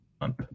month